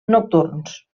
nocturns